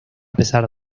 pesar